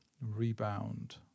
rebound